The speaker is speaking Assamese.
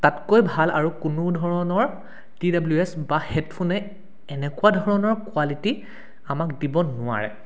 তাতকৈ ভাল আৰু কোনো ধৰণৰ টি ডাব্লিউ এছ বা হে'ডফোনে এনেকুৱা ধৰণৰ কোৱালিটি আমাক দিব নোৱাৰে